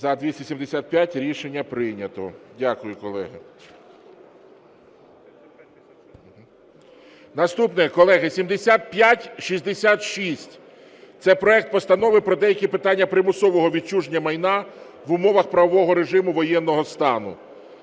За-275 Рішення прийнято. Дякую, колеги. Наступне, колеги. 7566 – це проект Постанови про деякі питання примусового відчуження майна в умовах правового режиму воєнного стану.